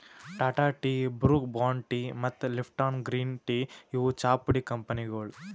Tata tea, Brooke Bond tea ಮತ್ತ್ Lipton green tea ಇವ್ ಚಾಪುಡಿ ಕಂಪನಿಗೊಳ್